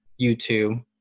YouTube